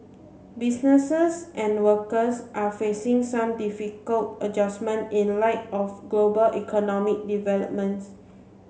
businesses and workers are facing some difficult adjustment in light of global economic developments